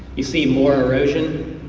you see more erosion.